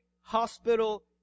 hospital